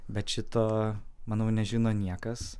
bet šito manau nežino niekas